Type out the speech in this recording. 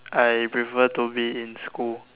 I prefer to be in school